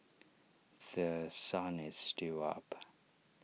The Sun is still up